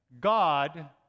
God